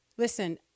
Listen